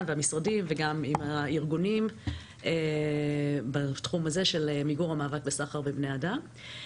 והמשרדים וגם עם הארגונים בתחום מיגור המאבק בסחר בבני-אדם.